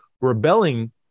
rebelling